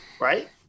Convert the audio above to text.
right